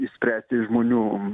išspręsti žmonių